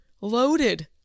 loaded